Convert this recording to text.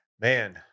man